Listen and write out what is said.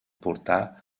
portar